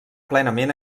plenament